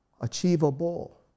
achievable